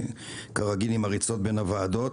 כרגיל אנחנו בריצות בין הוועדות.